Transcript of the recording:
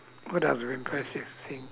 what other impressive thing